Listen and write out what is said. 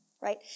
right